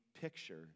picture